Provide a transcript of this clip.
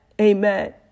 Amen